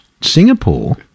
Singapore